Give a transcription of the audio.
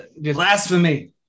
Blasphemy